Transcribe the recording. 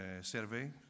survey